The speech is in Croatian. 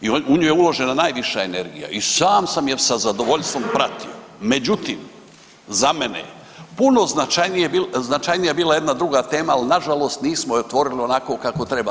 I u njoj je uloženo najviše energije i sam sam je sa zadovoljstvom pratio, međutim, za mene puno značajnija je bila jedna druga tema, ali nažalost nismo je otvorili onako kako treba.